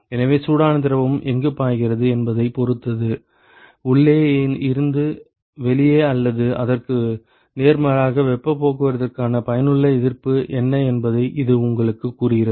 எனவே சூடான திரவம் எங்கு பாய்கிறது என்பதைப் பொறுத்து உள்ளே இருந்து வெளியே அல்லது அதற்கு நேர்மாறாக வெப்பப் போக்குவரத்துக்கான பயனுள்ள எதிர்ப்பு என்ன என்பதை இது உங்களுக்குக் கூறுகிறது